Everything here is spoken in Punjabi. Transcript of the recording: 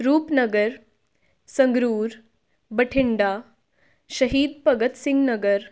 ਰੂਪਨਗਰ ਸੰਗਰੂਰ ਬਠਿੰਡਾ ਸ਼ਹੀਦ ਭਗਤ ਸਿੰਘ ਨਗਰ